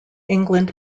england